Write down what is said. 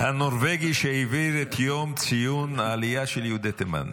הנורבגי שהעביר את יום ציון העלייה של יהודי תימן.